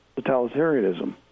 totalitarianism